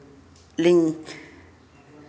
ᱞᱤᱧ